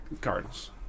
Cardinals